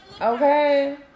Okay